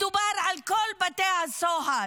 מדובר על כל בתי הסוהר.